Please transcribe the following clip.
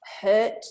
hurt